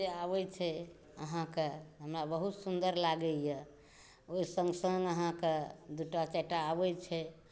जे आबै छै अहाँके हमरा बहुत सुन्दर लागैए ओहि सङ्ग सङ्ग अहाँके दू टा चारि टा आबै छै